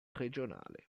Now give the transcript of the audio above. regionale